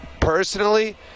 Personally